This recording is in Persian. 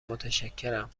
متشکرم